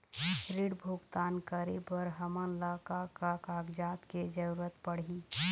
ऋण भुगतान करे बर हमन ला का का कागजात के जरूरत पड़ही?